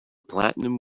platinum